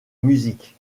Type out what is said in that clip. musique